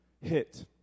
hit